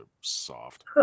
soft